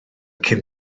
cyn